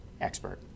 expert